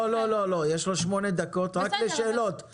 יש לו שמונה דקות רק לשאלות.